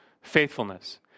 faithfulness